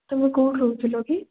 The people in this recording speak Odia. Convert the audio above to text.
ତୁମେ କେଉଁଠି ରହୁଥିଲ କି